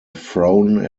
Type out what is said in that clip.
frown